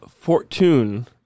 Fortune